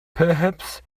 perhaps